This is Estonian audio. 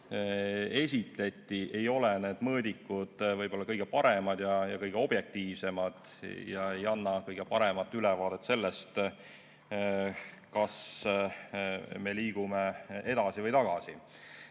esitleti, ei ole need mõõdikud võib-olla kõige paremad ja kõige objektiivsemad ja ei anna kõige paremat ülevaadet sellest, kas me liigume edasi või tagasi,